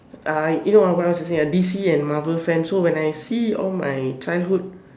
ah you know what what was I saying D_C and Marvel fan so when I see all my childhood